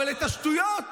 אבל את השטויות שלכם,